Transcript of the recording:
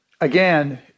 again